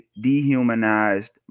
dehumanized